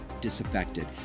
disaffected